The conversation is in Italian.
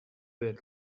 del